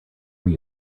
more